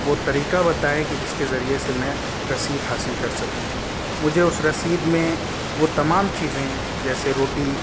وہ طریقہ بتائیں کہ جس کے ذریعے سے میں رسید حاصل کر سکوں مجھے اس رسید میں وہ تمام چیزیں جیسے روٹی